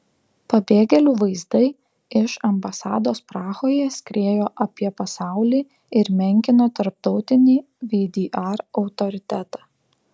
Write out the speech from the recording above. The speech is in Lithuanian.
pabėgėlių vaizdai iš ambasados prahoje skriejo apie pasaulį ir menkino tarptautinį vdr autoritetą